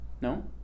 No